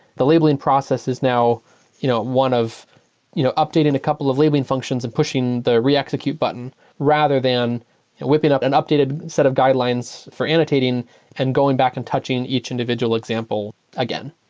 the labeling process is now you know one of you know updating a couple of labeling functions and pushing the re-execute button rather than whipping up an updated set of guidelines for annotating and going back and touching each individual example again.